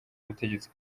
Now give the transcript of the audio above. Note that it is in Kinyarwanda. butegetsi